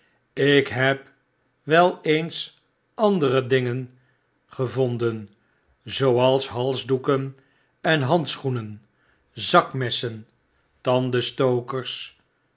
ik heb wel eens andere dingen gevonden zooals halsdoeken en handschoenen zakmessen tandenstokers